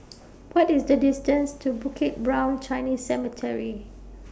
What IS The distance to Bukit Brown Chinese Cemetery